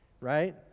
right